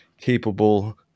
capable